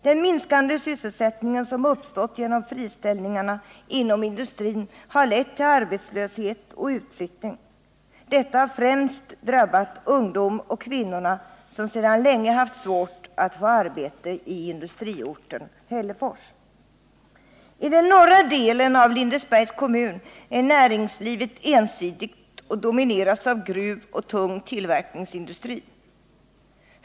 Den minskande sysselsättningen som uppstått genom friställningarna inom industrin har lett till arbetslöshet och utflyttning. Detta har främst drabbat ungdomen och kvinnorna, som sedan länge haft svårt att få arbete i industriorten Hällefors. I den norra delen av Lindesbergs kommun är näringslivet ensidigt och domineras av gruvindustri och tung tillverkningsindustri.